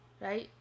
Right